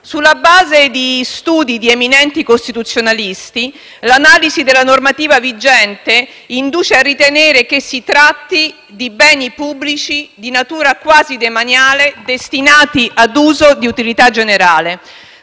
Sulla base di studi di eminenti costituzionalisti, l'analisi della normativa vigente induce a ritenere che si tratti di beni pubblici di natura quasi demaniale destinati ad uso di utilità generale.